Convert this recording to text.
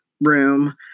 room